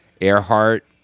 Earhart